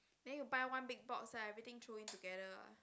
then you buy one big box lah everything throw in together